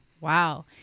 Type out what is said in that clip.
Wow